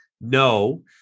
no